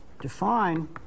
define